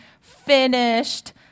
finished